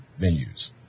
venues